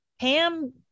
pam